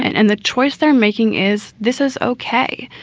and and the choice they're making is this is ok.